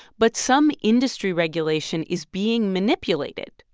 but some industry regulation is being manipulated,